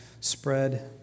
spread